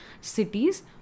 cities